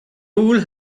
rule